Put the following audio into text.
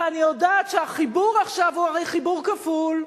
ואני יודעת שהחיבור עכשיו הוא חיבור כפול.